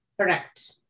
Correct